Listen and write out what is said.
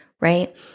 right